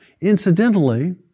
Incidentally